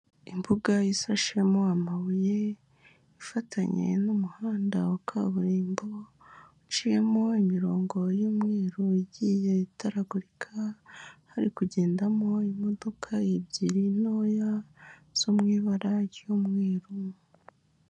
Imbuga ishashemo amabuye, ifatanye n'umuhanda wa kaburimbo, uciyemo imirongo y'umweru igiye itaragurika, hari kugendamo imodoka ebyiri ntoya zo mu ibara ry'umweru.